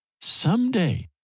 someday